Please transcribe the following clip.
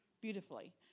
beautifully